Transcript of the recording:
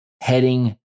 heading